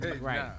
Right